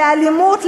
לאלימות,